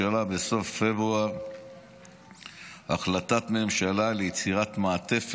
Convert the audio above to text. בסוף פברואר החלטת ממשלה ליצירת מעטפת